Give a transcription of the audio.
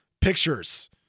pictures